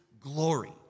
glory